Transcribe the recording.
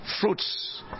Fruits